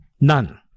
none